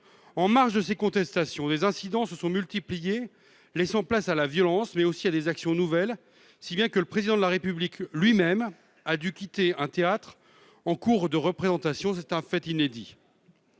En marge de ces contestations, des incidents se sont multipliés, laissant place à la violence, mais aussi à des actions nouvelles, si bien que le Président de la République lui-même a dû quitter un théâtre en cours de représentation. C'est un fait inédit.